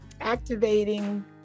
activating